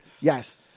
Yes